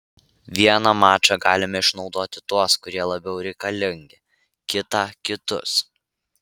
vieną mačą galime išnaudoti tuos kurie labiau reikalingi kitą kitus